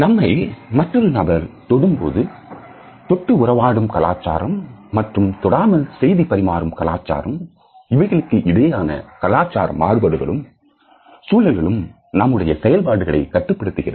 நம்மை மற்றொரு நபர் தொடும் பொழுது தொட்டு உறவாடும் கலாச்சாரம் மற்றும் தொடாமல் செய்தி பரிமாறும் கலாச்சாரம் இவைகளுக்கு இடையேயான கலாச்சார மாறுபாடுகளும் சூழல்களும் நம்முடைய செயல்பாடுகளை கட்டுப்படுத்துகிறது